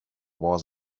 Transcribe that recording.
was